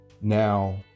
Now